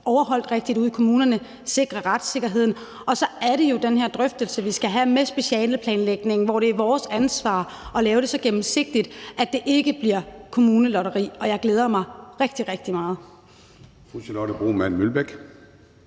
overholdt ude i kommunerne, altså sikre retssikkerheden. Og så er der jo den her drøftelse, vi skal have med specialeplanlægningen, hvor det er vores ansvar at lave det så gennemsigtigt, at det ikke bliver et kommunelotteri. Den drøftelse glæder jeg mig rigtig, rigtig meget til. Kl. 10:51 Formanden